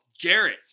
Garrett